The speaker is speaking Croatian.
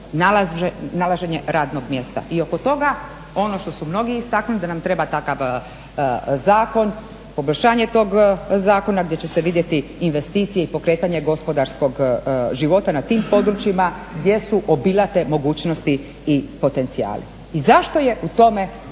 nalaženje radnog mjesta. I oko toga, ono što su mnogi istaknuli da nam treba takav zakon, poboljšanje tog zakona gdje će se vidjeti investicije i pokretanje gospodarskog života na tim područjima gdje su obilate mogućnosti i potencijali. I zašto je u tome problem?